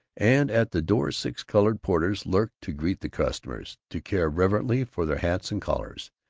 and at the door six colored porters lurked to greet the customers, to care reverently for their hats and collars,